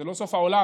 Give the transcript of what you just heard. זה לא סוף העולם,